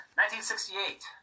1968